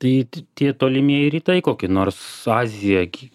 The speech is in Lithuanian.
tai ti tie tolimieji rytai kokie nors azija ki